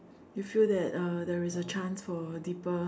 you feel that uh there is a chance for a deeper